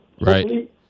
right